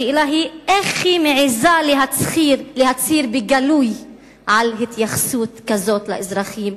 השאלה היא איך היא מעזה להצהיר בגלוי על התייחסות כזאת לאזרחים,